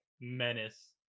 menace